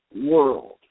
world